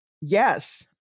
Yes